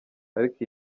ariko